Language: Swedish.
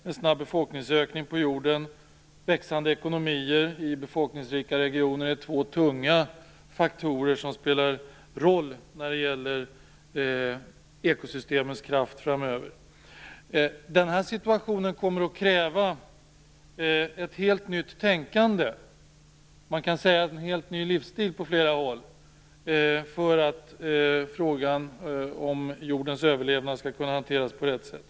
En snabb befolkningsökning på jorden och växande ekonomier i befolkningsrika regioner är två tunga faktorer som spelar en roll i ekosystemens kraft framöver. Denna situation kommer att kräva ett helt nytt tänkande - en helt ny livsstil på flera håll - för att frågan om jordens överlevnad skall kunna hanteras på rätt sätt.